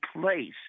place